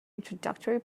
introductory